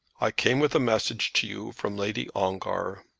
i came with a message to you from lady ongar.